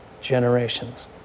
generations